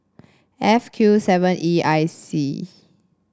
F Q seven E I C